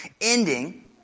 ending